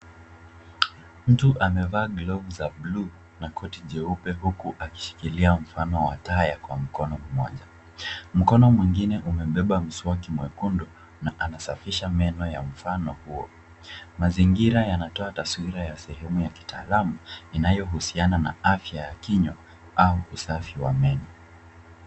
Mtu amevaa glovu za bluu na koti jeupe huku akishikilia mfano wa taya kwa mkono mmoja. Mkono mwingine umebeba mswaki mwekundu na anasafisha meno ya mfano huo. Mazingira yanatoa taswira ya sehemu ya kitaalamu inayohusiana na afya ya kinywa au usafi wa meno.